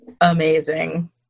amazing